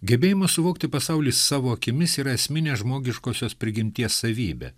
gebėjimas suvokti pasaulį savo akimis yra esminė žmogiškosios prigimties savybė